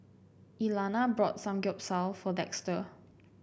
Elana bought Samgyeopsal for Dexter